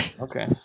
okay